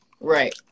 Right